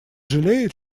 жалеет